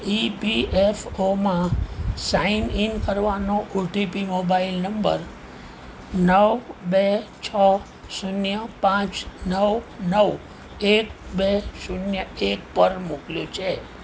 ઇ P F ઓમાં sign in કરવાનો OTP mobile number નવ બે છ શૂન્ય પાંચ નવ નવ એક બે શૂન્ય એક પર મોકલ્યો છે